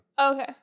Okay